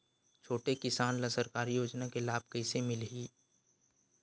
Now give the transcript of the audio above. छोटे किसान ला सरकारी योजना के लाभ कइसे मिलही?